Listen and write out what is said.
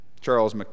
Charles